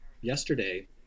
yesterday